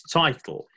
title